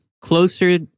closer